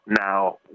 Now